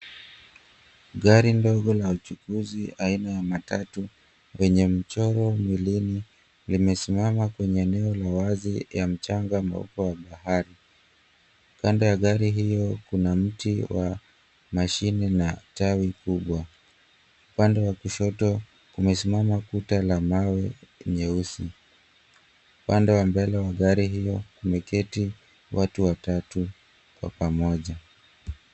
Gari ndogo la uchunguzi aina ya matatu yenye mchoro mwilini limesimama kwenye eneo la wazi ya mchanga mweupe wa bahari. Kando ya gari hiyo kuna mti wa mashina na tawi kubwa. Upande wa kushoto kumesimama kuta la mawe nyeusi. Upande wa mbele wa gari hiyo kumeketi watu watatu kwa pamoja.